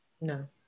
No